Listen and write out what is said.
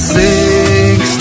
six